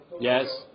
yes